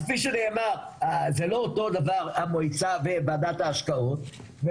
אז כפי שנאמר זה לא אותו הדבר המועצה וועדת ההשקעות,